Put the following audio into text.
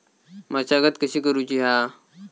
मशागत कशी करूची हा?